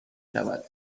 شود